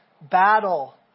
battle